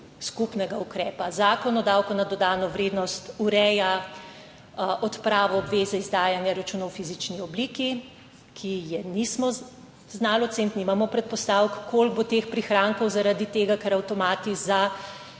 skupnega ukrepa. Zakon o davku na dodano vrednost ureja odpravo obveze izdajanja računov v fizični obliki, ki je nismo znali oceniti, nimamo predpostavk, koliko bo teh prihrankov, zaradi tega, ker avtomati